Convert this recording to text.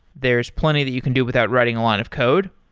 there's plenty that you can do without writing a lot of code,